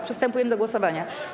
Przystępujemy do głosowania.